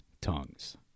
tongues